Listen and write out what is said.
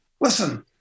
listen